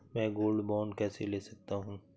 मैं gold bond कैसे ले सकता हूँ?